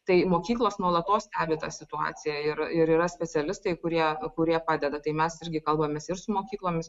tai mokyklos nuolatos stebi tą situaciją ir ir yra specialistai kurie kurie padeda tai mes irgi kalbamės ir su mokyklomis